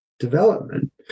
development